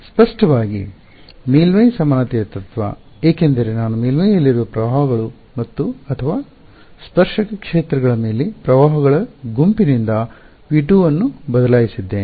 ಸ್ಪಷ್ಟವಾಗಿ ಮೇಲ್ಮೈ ಸಮಾನತೆಯ ತತ್ವ ಏಕೆಂದರೆ ನಾನು ಮೇಲ್ಮೈಯಲ್ಲಿರುವ ಪ್ರವಾಹಗಳು ಅಥವಾ ಸ್ಪರ್ಶಕ ಕ್ಷೇತ್ರಗಳ ಮೇಲೆ ಪ್ರವಾಹಗಳ ಗುಂಪಿನಿಂದ V 2 ಅನ್ನು ಬದಲಾಯಿಸಿದ್ದೇನೆ